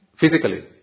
physically